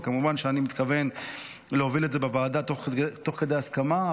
וכמובן שאני מתכוון להוביל את זה בוועדה תוך כדי הסכמה,